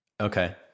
Okay